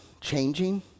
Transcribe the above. changing